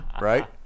right